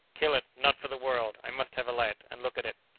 kill it! not for the world! i must have a light, and look at it!